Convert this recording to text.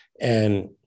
and-